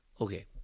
Okay